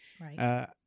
right